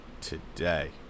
today